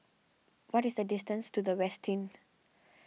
what is the distance to the Westin